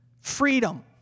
freedom